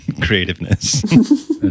creativeness